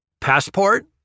Passport